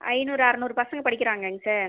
ஐநூறு அறநூறு பசங்க படிக்கிறாங்கங்க சார்